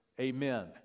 Amen